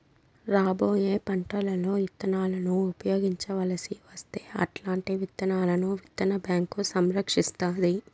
రాబోయే పంటలలో ఇత్తనాలను ఉపయోగించవలసి వస్తే అల్లాంటి విత్తనాలను విత్తన బ్యాంకు సంరక్షిస్తాది